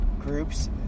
groups